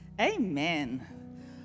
Amen